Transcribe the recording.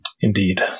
Indeed